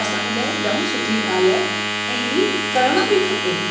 असांजे लाइ जाम सुठी ॻाल्हि आहे ऐं इहो करण बि खपे